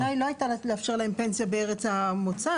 הכוונה לא הייתה לאפשר להם פנסיה בארץ המוצא,